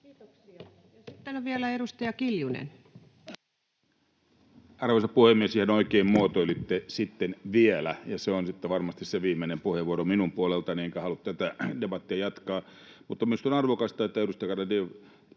Kiitoksia. — Sitten on vielä edustaja Kiljunen. Arvoisa puhemies! Ihan oikein muotoilitte: ”sitten vielä”. Ja se on sitten varmasti se viimeinen puheenvuoro minun puoleltani, enkä halua tätä debattia jatkaa. Mutta minusta on arvokasta, että edustaja